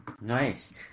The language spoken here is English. Nice